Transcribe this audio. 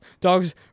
Dogs